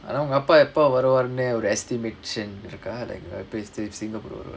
ஆனா உங்க அப்பா எப்ப வருவாருனு ஒரு:aanaa unga appaa eppa varuvaarunu oru estimation இருக்கா:irukkaa like singapore